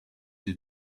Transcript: des